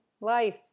life